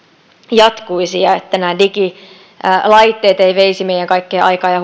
jatkuisi eivätkä nämä digilaitteet veisi meidän kaikkea aikaamme ja